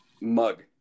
mug